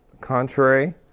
contrary